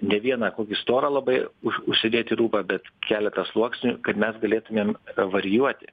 ne vieną kokį storą labai už užsidėti rūbą bet keletą sluoksnių kad mes galėtumėm varijuoti